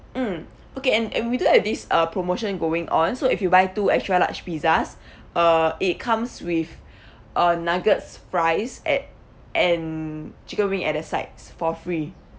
mm okay and and we do have this uh promotion going on so if you buy two extra large pizzas uh it comes with uh nuggets fries at and chicken wing at the sides for free